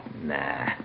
Nah